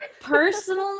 personally